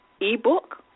ebook